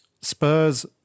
Spurs